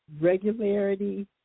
regularity